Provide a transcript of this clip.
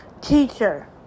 teacher